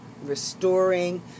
Restoring